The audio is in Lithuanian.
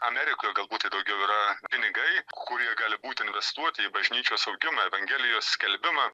amerikoj galbūt tai daugiau yra pinigai kurie gali būt investuoti į bažnyčios augimą evangelijos skelbimą